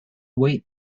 wait